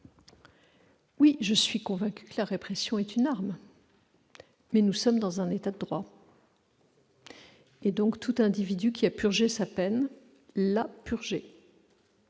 je suis convaincue que la répression est une arme. Mais nous sommes dans un État de droit, et tout individu qui a purgé sa peine l'a purgée